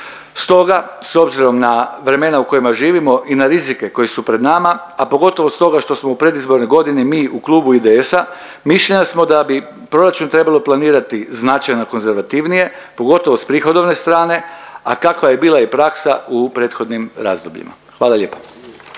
Stoga s obzirom na vremena u kojima živimo i na rizike koji su pred nama, a pogotovo stoga što smo u predizbornoj godini mi u klubu IDS-a, mišljenja smo da bi proračun trebalo planirati značajno konzervativnije pogotovo s prihodovne strane, a kakva je bila i praksa u prethodnim razdobljima. Hvala lijepa.